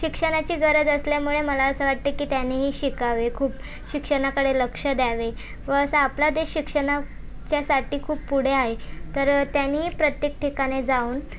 शिक्षणाची गरज असल्यामुळे मला असं वाटतं की त्यानीही शिकावे खूप शिक्षणाकडे लक्ष द्यावे व असा आपला देश शिक्षणाच्यासाठी खूप पुढे आहे तर त्यानी प्रत्येक ठिकाणी जाऊन